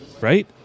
Right